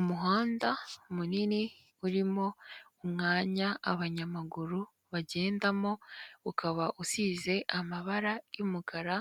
Umuhanda munini urimo umwanya abanyamaguru bagendamo, ukaba usize amabara y'umukara